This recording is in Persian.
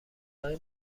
های